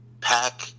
pack